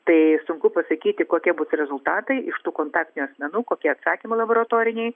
tai sunku pasakyti kokie bus rezultatai iš tų kontaktinių asmenų kokie atsakymai laboratoriniai